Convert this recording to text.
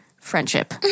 Friendship